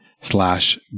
slash